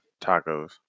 tacos